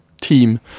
team